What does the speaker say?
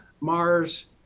Mars